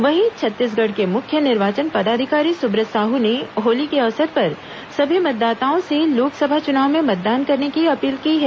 वहीं छत्तीसगढ़ के मुख्य निर्वाचन पदाधिकारी सुब्रत साहू ने होली के अवसर पर सभी मतदाताओं से लोकसभा चुनाव में मतदान करने की अपील की है